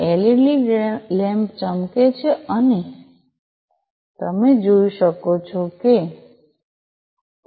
LED lamp ચમકે છે અને તમે જોઈ શકો છો કે તે ઝળકે છે